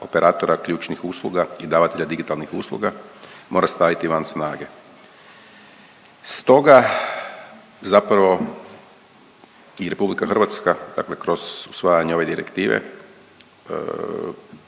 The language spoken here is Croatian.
operatora ključnih usluga i davatelja digitalnih usluga mora staviti van snage. Stoga zapravo i RH, dakle kroz usvajanje ove Direktive